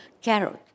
carrot